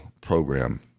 program